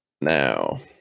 now